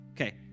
Okay